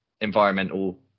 environmental